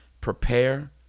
Prepare